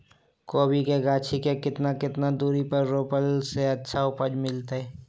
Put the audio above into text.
कोबी के गाछी के कितना कितना दूरी पर रोपला से अच्छा उपज मिलतैय?